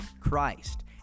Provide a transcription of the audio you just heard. Christ